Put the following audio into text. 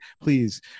please